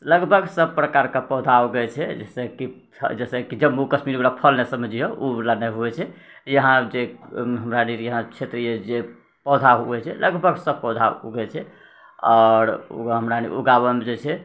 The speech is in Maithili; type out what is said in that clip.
लगभग सभ प्रकार के पौधा उगै छै जइसे कि जइसे कि जम्मू कश्मीर बला फल नइ समझियौ ओ बला नहि होइ छै इहाँ जे हमरा लेल क्षेत्रिय जे पौधा उगै छै लगभग सभ पौधा उगै छै आओर ओ हमरा उगाबै मे जे छै